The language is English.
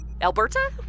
Alberta